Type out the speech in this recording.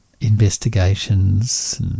investigations